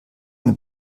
mir